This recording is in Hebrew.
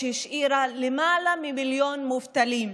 שהשאירה למעלה ממיליון מובטלים,